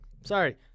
Sorry